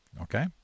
Okay